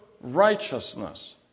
righteousness